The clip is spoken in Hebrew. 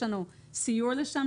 יש לנו סיור לשם,